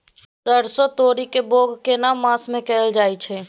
सरसो, तोरी के बौग केना मास में कैल जायत छै?